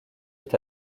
est